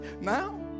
now